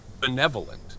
benevolent